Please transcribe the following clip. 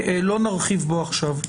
לא נרחיב בו עכשיו.